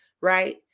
right